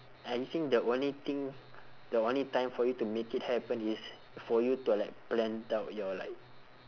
I think the only thing the only time for you to make it happen is for you to like planned out your like